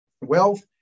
Wealth